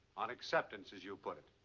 on acceptance, as you put it.